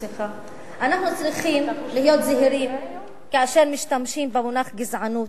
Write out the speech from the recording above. אנחנו צריכים להיות זהירים כאשר משתמשים במונח "גזענות",